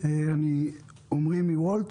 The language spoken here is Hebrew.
עמרי מ-וולט.